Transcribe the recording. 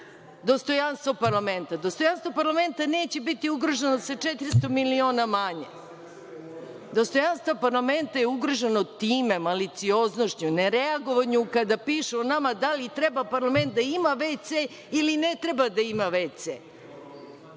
zdanju. Dostojanstvo parlamenta? Dostojanstvo parlamenta neće biti ugroženo sa 400 miliona manje. Dostojanstvo parlamenta je ugroženo time, malicioznošću, nereagovanjem kada pišu o nama da li treba parlament da ima VC ili ne treba da ima VC,